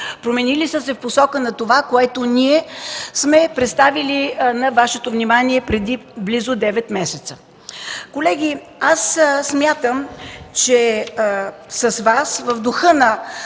променили са се в посока на това, което ние сме представили на Вашето внимание преди близо девет месеца. Колеги, смятам, че с Вас, в духа на